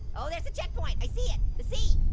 oh there's the checkpoint, i see it! the c!